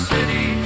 City